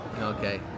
Okay